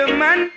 man